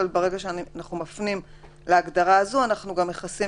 ברגע שאנחנו מפנים להגדרה הזו אנחנו מכסים